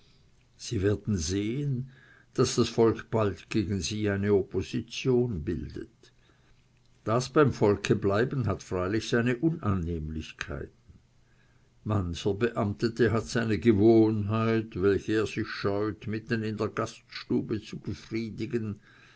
sie werden sehen daß das volk bald gegen sie eine opposition bildet das beim volke bleiben hat freilich seine unannehmlichkeiten mancher beamtete hat seine gewohnheit welche er sich scheut mitten in der gaststube zu befriedigen